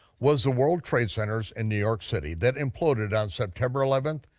was the world trade centers in new york city that imploded on september eleventh,